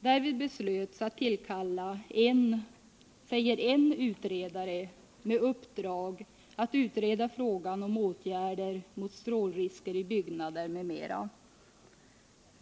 Därvid beslöts att tillkalla en — säger en — utredare med uppdrag att utreda frågan om åtgärder mot strålrisker i byggnader m.m.